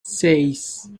seis